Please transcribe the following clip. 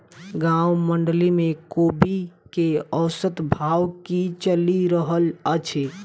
गाँवक मंडी मे कोबी केँ औसत भाव की चलि रहल अछि?